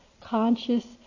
conscious